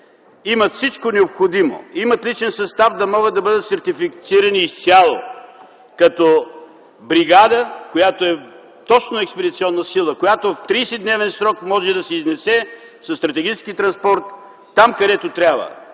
имат всичко необходимо, имат личен състав да могат да бъдат сертифицирани изцяло като бригада, която е точно експедиционна сила, която в 30-дневен срок може да се изнесе със стратегически транспорт там, където трябва,